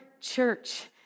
church